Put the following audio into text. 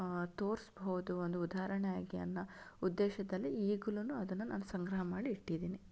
ತೋರಿಸ್ಬೋದು ಒಂದು ಉದಾರಣೆಯಾಗಿ ಅನ್ನೋ ಉದ್ದೇಶದಲ್ಲಿ ಈಗ್ಲುನೂ ಅದನ್ನು ನಾನು ಸಂಗ್ರಹ ಮಾಡಿ ಇಟ್ಟಿದ್ದೀನಿ